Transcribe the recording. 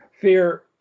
fear